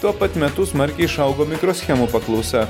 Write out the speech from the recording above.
tuo pat metu smarkiai išaugo mikroschemų paklausa